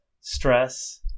stress